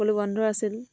সকলো বন্ধ আছিল